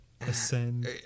Ascend